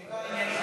אפשר שאלה עניינית?